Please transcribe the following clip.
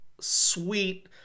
sweet